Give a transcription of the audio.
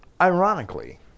Ironically